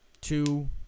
two